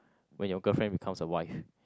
when your girlfriend becomes a wife